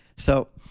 so,